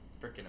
freaking